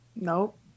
Nope